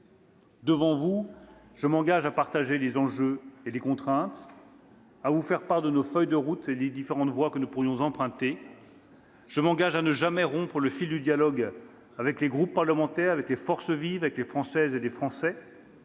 Devant vous, je m'engage à partager les enjeux et les contraintes, à vous faire part de nos feuilles de route et des différentes voies que nous pourrons emprunter. « Je m'engage à ne jamais rompre le fil du dialogue avec les groupes parlementaires, avec les forces vives, avec les Françaises et les Français.